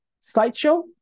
slideshow